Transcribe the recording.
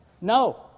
No